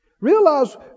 Realize